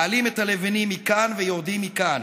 מעלים את הלבנים מכאן ויורדים מכאן.